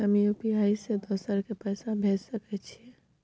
हम यु.पी.आई से दोसर के पैसा भेज सके छीयै?